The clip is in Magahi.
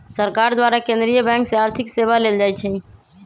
सरकार द्वारा केंद्रीय बैंक से आर्थिक सेवा लेल जाइ छइ